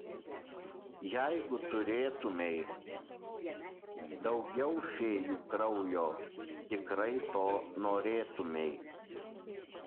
jeigu turėtumei daugiau fėjų kraujo tikrai to norėtumei